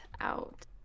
out